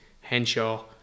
Henshaw